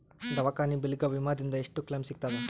ದವಾಖಾನಿ ಬಿಲ್ ಗ ವಿಮಾ ದಿಂದ ಎಷ್ಟು ಕ್ಲೈಮ್ ಸಿಗತದ?